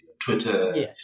Twitter